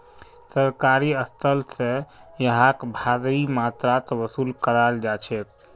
सरकारी स्थल स यहाक भारी मात्रात वसूल कराल जा छेक